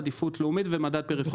עדיפות לאומית ומדד פריפריאלי.